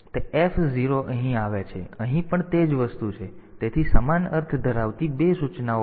તેથી તે f 0 અહીં આવે છે તેથી અહીં પણ તે જ વસ્તુ છે તેથી સમાન અર્થ ધરાવતી બે સૂચનાઓ પછી P0 થી P3 છે